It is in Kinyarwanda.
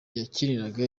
yakiniraga